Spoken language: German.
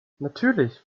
natürlich